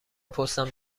پستم